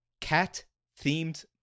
cat-themed